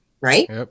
right